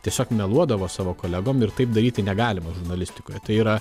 tiesiog meluodavo savo kolegom ir taip daryti negalima žurnalistikoje tai yra